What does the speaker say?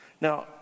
Now